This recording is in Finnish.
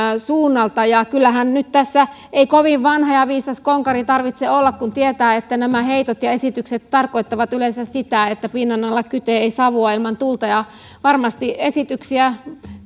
suunnalta ja eihän tässä nyt kyllä kovin vanha ja viisas konkari tarvitse olla kun tietää että nämä heitot ja esitykset tarkoittavat yleensä sitä että pinnan alla kytee ei savua ilman tulta varmasti esityksiä